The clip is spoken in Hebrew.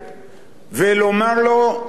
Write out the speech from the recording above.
ולומר לו: אדוני,